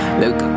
look